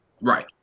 Right